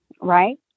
right